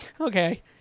okay